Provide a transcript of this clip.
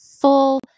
full